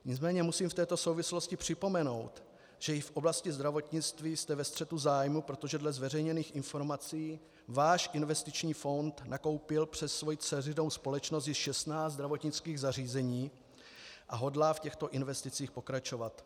Nicméně musím v této souvislosti připomenout, že i v oblasti zdravotnictví jste ve střetu zájmů, protože dle zveřejněných informací váš investiční fond nakoupil přes svoji dceřinou společnost již 16 zdravotnických zařízeních a hodlá v těchto investicích pokračovat.